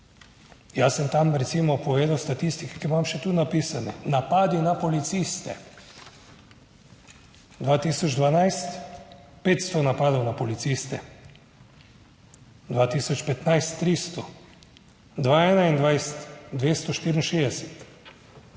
Jaz sem tam recimo povedal statistike, ki imam še tu napisane, napadi na policiste 2012 500 napadov na policiste, 2015 302, 2021 264,